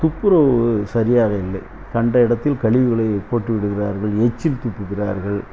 துப்புரவு சரியாக இல்லை கண்ட இடத்தில் கழிவுகளை போட்டு விடுகிறார்கள் எச்சில் துப்புகிறார்கள்